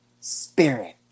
spirit